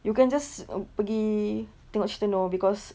you can just uh pergi tengok cerita nur because